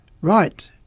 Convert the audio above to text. Right